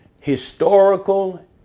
historical